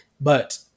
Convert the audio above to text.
but-